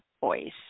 Voice